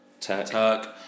Turk